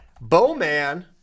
Bowman